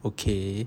okay